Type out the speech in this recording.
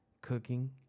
cooking